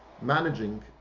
managing